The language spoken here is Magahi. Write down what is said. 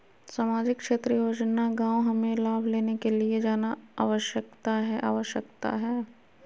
सामाजिक क्षेत्र योजना गांव हमें लाभ लेने के लिए जाना आवश्यकता है आवश्यकता है?